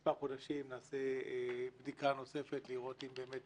מספר חודשים נעשה בדיקה נוספת לראות אם באמת